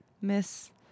Miss